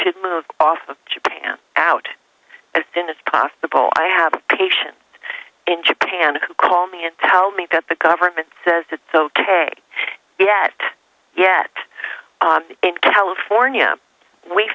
should move off of japan out as soon as possible i have patients in japan who call me and tell me that the government says it's ok yet yet in california we